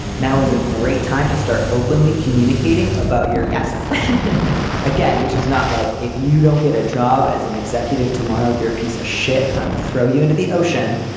now is a great time to start openly communicating about your gasser again, which is not like if you don't get a job as an executive tomorrow, you're a piece of shit. and i will throw you into the ocean.